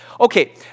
Okay